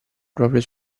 proprio